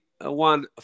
one